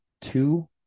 two